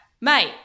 mate